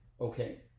Okay